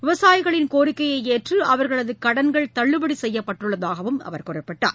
விவசாயிகளின் கோரிக்கையை ஏற்று அவர்களது கடன்கள் தள்ளுபடி செய்யப்பட்டுள்ளதாக அவர் குறிப்பிட்டார்